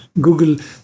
Google